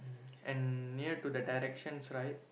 and near to the directions right